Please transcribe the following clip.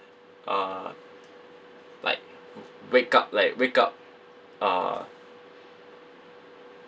uh like wake up like wake up uh